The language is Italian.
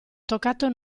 toccato